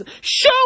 Show